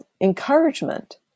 encouragement